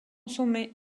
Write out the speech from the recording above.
sommet